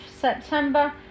September